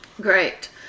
Great